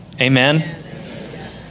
Amen